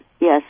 Yes